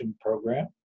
program